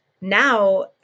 now